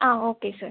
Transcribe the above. okay sir